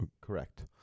Correct